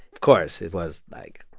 of course, it was, like,